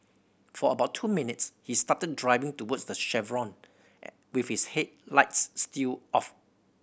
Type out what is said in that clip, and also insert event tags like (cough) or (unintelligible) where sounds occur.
for about two minutes he started driving towards the chevron (unintelligible) with his headlights still off